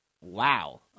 Wow